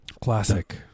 Classic